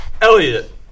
Elliot